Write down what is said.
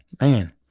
man